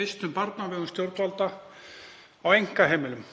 vistun barna á vegum stjórnvalda á einkaheimilum.